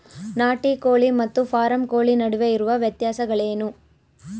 ನಾಟಿ ಕೋಳಿ ಮತ್ತು ಫಾರಂ ಕೋಳಿ ನಡುವೆ ಇರುವ ವ್ಯತ್ಯಾಸಗಳೇನು?